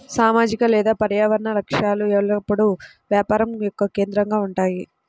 సామాజిక లేదా పర్యావరణ లక్ష్యాలు ఎల్లప్పుడూ వ్యాపారం యొక్క కేంద్రంగా ఉంటాయి